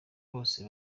bose